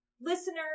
Listeners